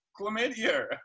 chlamydia